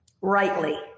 rightly